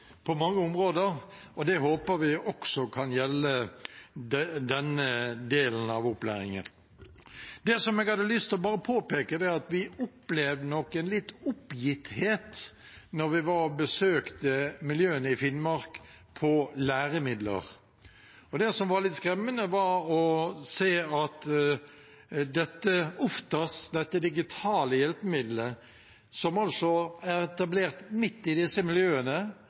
på mange områder, og det håper vi også kan gjelde denne delen av opplæringen. Det som jeg bare hadde lyst til å påpeke, er at vi nok opplevde litt oppgitthet hva angår læremidler da vi var og besøkte miljøene i Finnmark. Det som var litt skremmende, var å se at Ovttas, dette digitale hjelpemiddelet som altså er etablert midt i disse miljøene,